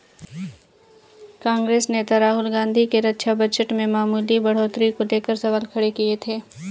कांग्रेस नेता राहुल गांधी ने रक्षा बजट में मामूली बढ़ोतरी को लेकर सवाल खड़े किए थे